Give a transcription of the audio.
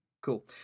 Cool